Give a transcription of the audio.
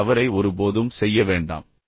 இந்த தவறை ஒருபோதும் செய்ய வேண்டாம்